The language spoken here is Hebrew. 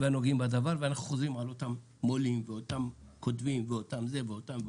הנוגעים בדבר ואנחנו חוזרים על אותם מו"לים ואותם כותבים ואותם ואותם.